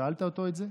שקבע פה כללי סדרים